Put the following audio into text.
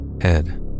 head